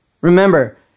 Remember